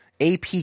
AP